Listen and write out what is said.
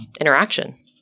interaction